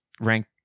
rank